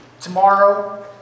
tomorrow